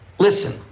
Listen